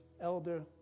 Elder